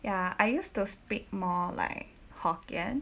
ya I used to speak more like hokkien